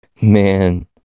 Man